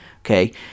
Okay